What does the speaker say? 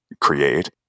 create